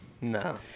No